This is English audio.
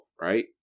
right